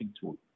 tool